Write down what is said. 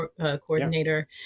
coordinator